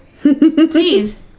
Please